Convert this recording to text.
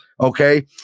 okay